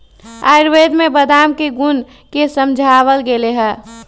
आयुर्वेद में बादाम के गुण के समझावल गैले है